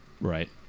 Right